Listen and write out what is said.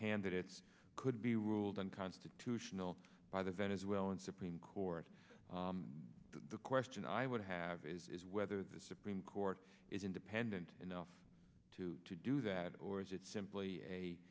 candidates could be ruled unconstitutional by the venezuelan supreme court the question i would have is whether the supreme court is independent enough to do that or is it simply a